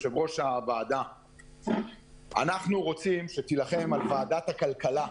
אנחנו רוצים שתילחם על ועדת הכלכלה,